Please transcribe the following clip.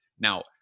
Now